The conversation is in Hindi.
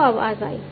तो आवाज आई